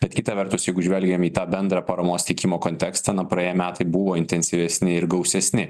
bet kita vertus jeigu žvelgiam į tą bendrą paramos teikimo kontekstą na praėję metai buvo intensyvesni ir gausesni